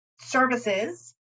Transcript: services